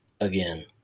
again